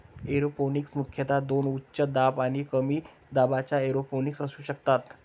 aeroponics मुख्यतः दोन उच्च दाब आणि कमी दाबाच्या एरोपोनिक्स असू शकतात